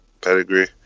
Pedigree